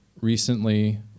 recently